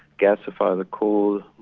gasify the coal,